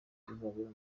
uzabera